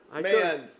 man